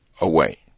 away